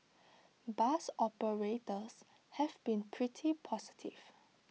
bus operators have been pretty positive